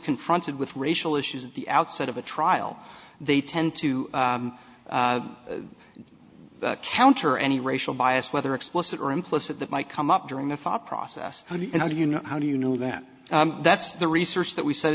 confronted with racial issues at the outset of a trial they tend to counter any racial bias whether explicit or implicit that might come up during the thought process and if you know how do you know that that's the research that we said